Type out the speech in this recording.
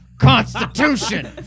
constitution